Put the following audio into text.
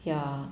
ya